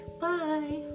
bye